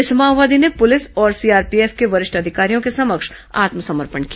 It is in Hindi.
इस माओवादी ने पुलिस और सीआरपीएफ के वरिष्ठ अधिकारियों के समक्ष आत्मसमर्पण किया